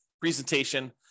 presentation